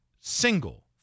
single